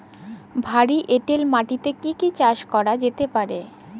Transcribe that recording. ভারী এঁটেল মাটিতে কি কি চাষ করা যেতে পারে?